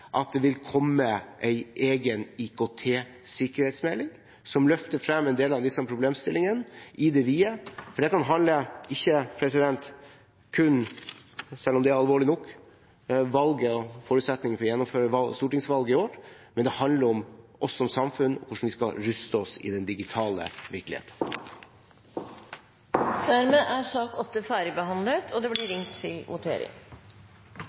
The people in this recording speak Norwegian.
at det vil komme en egen IKT-sikkerhetsmelding som løfter frem en del av disse problemstillingene i det vide, for dette handler ikke kun om – selv om det er alvorlig nok – forutsetningen for å gjennomføre stortingsvalget i år, men om oss som samfunn, om hvordan vi skal ruste oss i den digitale virkeligheten. Debatten i sak nr. 8 er dermed omme. Under debatten er det satt fram i alt ni forslag. Det